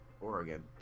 Oregon